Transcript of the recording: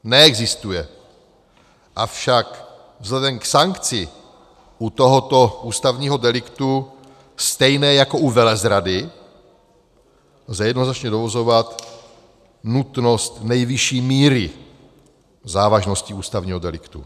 Neexistuje, avšak vzhledem k sankci u tohoto ústavního deliktu, stejné jako u velezrady, lze jednoznačně dovozovat nutnost nejvyšší míry závažnosti ústavního deliktu.